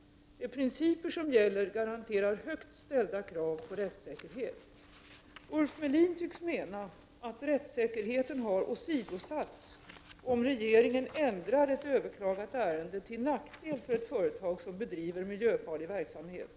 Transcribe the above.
De principer som gäller garanterar högt ställda krav på rättssäkerhet. Ulf Melin tycks mena att rättssäkerheten har åsidosatts om regeringen ändrar ett överklagat ärende till nackdel för ett företag som bedriver miljöfarlig verksamhet.